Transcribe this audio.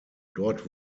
dort